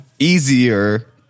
Easier